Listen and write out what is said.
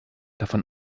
davon